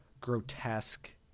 grotesque